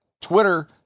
Twitter